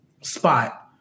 spot